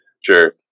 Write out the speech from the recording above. Sure